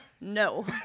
no